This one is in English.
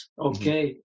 Okay